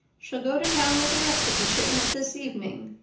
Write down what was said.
she'll go to town with the rest of the shipment this evening.